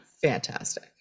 Fantastic